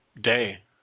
day